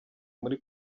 muri